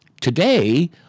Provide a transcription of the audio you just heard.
Today